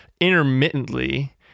intermittently